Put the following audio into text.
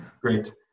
Great